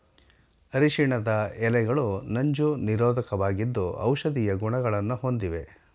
ಅರಿಶಿಣದ ಎಲೆಗಳು ನಂಜು ನಿರೋಧಕವಾಗಿದ್ದು ಔಷಧೀಯ ಗುಣಗಳನ್ನು ಹೊಂದಿವೆ